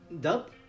Dub